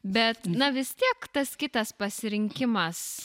bet na vis tiek tas kitas pasirinkimas